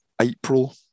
April